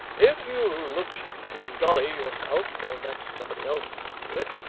if you'll look to dolly yourself or let somebody else do it,